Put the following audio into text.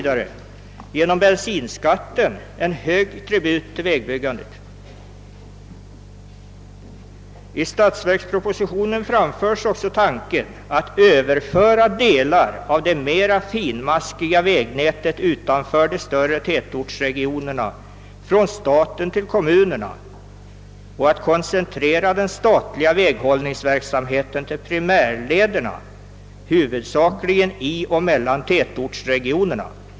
betalar de dessutom genom bensinskatten en extra hög tribut till vägväsendet. I statsverkspropositionen framförs också tanken att »överföra delar av det mera finmaskiga vägnätet utanför de större tätortsregionerna från staten till kommunerna och att koncentrera den statliga väghållningsverksamheten till primärlederna huvudsakligen i och mellan tätortsregionerna».